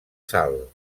sal